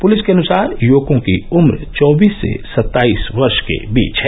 police के अनुसार य्वकों की उम्र चौबीस से सत्ताईस वर्ष के बीच है